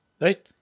right